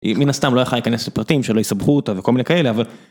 היא מן הסתם לא יכלה להיכנס לפרטים שלא יסבכו אותה וכל מיני כאלה אבל...